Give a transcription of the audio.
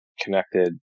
connected